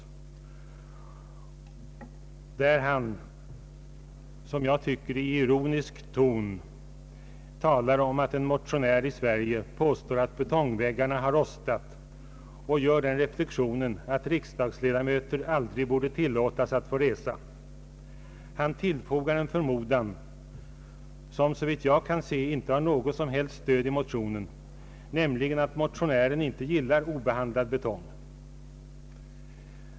I brevet talar han i som jag tycker ironisk ton om att en motionär påstår att betongväggarna har rostat och gör reflexionen att riksdagsledamöter aldrig borde tillåtas att resa. Han tillfogar en förmodan — som såvitt jag kan se inte har något som helst stöd i motionen — att motionären inte gillar obehandlad betong.